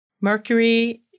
Mercury